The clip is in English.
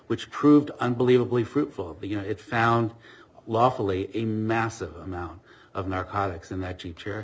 which proved unbelievably fruitful but you know it found lawfully a massive amount of narcotics and that teacher